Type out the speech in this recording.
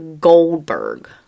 Goldberg